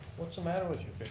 what's the matter with you